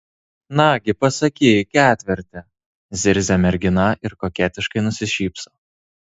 nagi pasakyk ketverte zirzia mergina ir koketiškai nusišypso